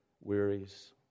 wearies